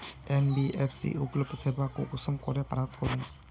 NBFC उपलब्ध सेवा कुंसम करे प्राप्त करूम?